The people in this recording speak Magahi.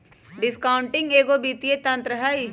डिस्काउंटिंग एगो वित्तीय तंत्र हइ